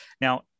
Now